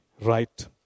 right